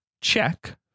check